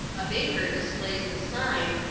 a baker displays the sign,